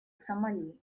сомали